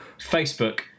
Facebook